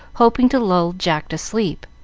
hoping to lull jack to sleep.